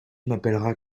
m’appelleras